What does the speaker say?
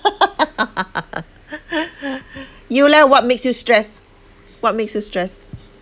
you leh what makes you stress what makes you stress